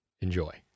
Enjoy